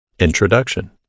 Introduction